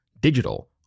digital